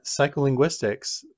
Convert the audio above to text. psycholinguistics